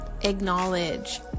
acknowledge